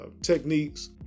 techniques